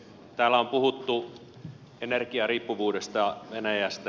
täällä on puhuttu energiariippuvuudesta venäjästä